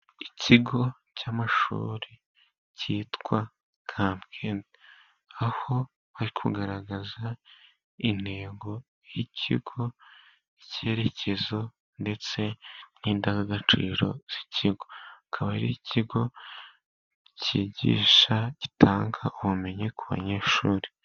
Ikigo cy'amashuri cyitwa Kabwende aho bari kugaragaza intego y'ikigo, icyerekezo ndetse n'indangagaciro z'ikigo, kikaba ari ikigo cyigisha gitanga ubumenyi ku banyeshuri.